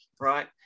right